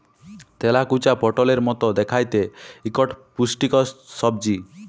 তেলাকুচা পটলের মত দ্যাইখতে ইকট পুষ্টিকর সবজি